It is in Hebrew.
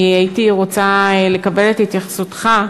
אני הייתי רוצה לקבל את התייחסותך: